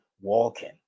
walking